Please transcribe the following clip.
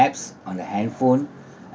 apps on the handphone